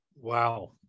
Wow